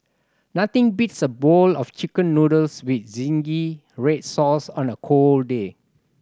nothing beats a bowl of Chicken Noodles with zingy red sauce on a cold day